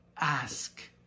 ask